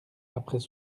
après